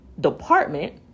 department